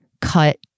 cut